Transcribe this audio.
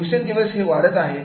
दिवसेंदिवस हे वाढत आहेत